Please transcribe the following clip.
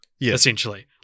essentially